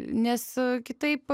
nes kitaip